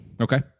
Okay